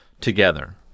together